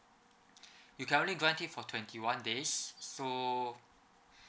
you can only grant it for twenty one days so